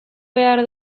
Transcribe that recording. behar